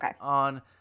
on